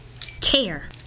Care